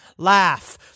Laugh